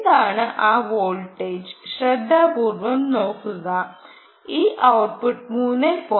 എന്താണ് ആ വോൾട്ടേജ് ശ്രദ്ധാപൂർവ്വം നോക്കുക ഈ ഔട്ട്പുട്ട് 3